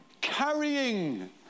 carrying